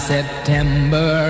September